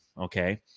okay